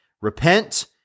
repent